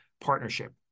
partnership